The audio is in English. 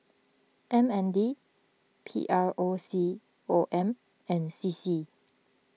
M N D P R O C O M and C C